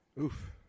Oof